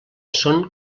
són